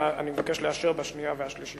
אני מבקש לאשר בקריאה השנייה ובקריאה השלישית.